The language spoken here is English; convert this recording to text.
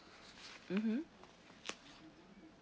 mmhmm